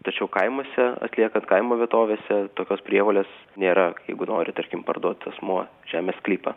tačiau kaimuose atliekant kaimo vietovėse tokios prievolės nėra jeigu nori tarkim parduot asmuo žemės sklypą